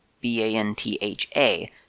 B-A-N-T-H-A